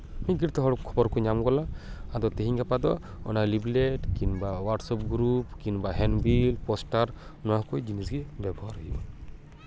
ᱢᱤᱫᱜᱷᱟᱹᱲᱤᱡᱛᱮ ᱦᱚᱲ ᱠᱷᱚᱵᱚᱨ ᱠᱚ ᱧᱟᱢ ᱜᱚᱫᱟ ᱟᱫᱚ ᱛᱤᱦᱤᱧ ᱜᱟᱯᱟ ᱫᱚ ᱚᱱᱟ ᱞᱤᱯᱷᱞᱮᱴ ᱠᱤᱢᱵᱟ ᱦᱳᱣᱴᱟᱥᱮᱯ ᱜᱨᱩᱯ ᱠᱤᱢᱵᱟ ᱦᱮᱱᱰᱵᱤᱞ ᱯᱳᱥᱴᱟᱨ ᱱᱚᱣᱟ ᱠᱚ ᱡᱤᱱᱤᱥ ᱜᱮ ᱵᱮᱵᱚᱦᱟᱨ ᱦᱩᱭᱩᱜᱼᱟ